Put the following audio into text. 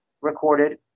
recorded